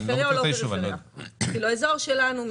האזור שלנו,